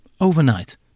overnight